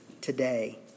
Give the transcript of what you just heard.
today